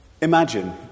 Imagine